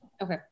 Okay